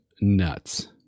nuts